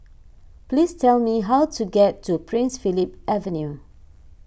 please tell me how to get to Prince Philip Avenue